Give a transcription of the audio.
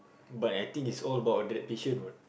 but I think it's all about the patient what